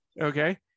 Okay